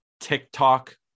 TikTok